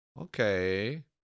Okay